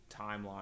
timeline